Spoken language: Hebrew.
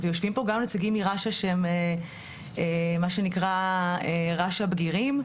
ויושבים פה גם נציגים מרש"א שהם מה שנקרא רש"א בגירים,